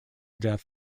death